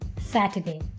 Saturday